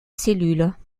cellules